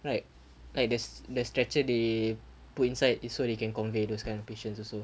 like like there's there's stretcher they put inside is so they can convey those kind of patients also